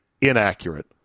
inaccurate